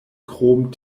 krom